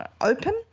open